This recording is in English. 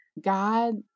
God